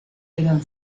eran